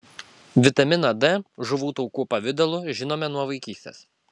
vitaminą d žuvų taukų pavidalu žinome nuo vaikystės